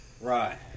right